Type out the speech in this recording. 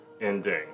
ending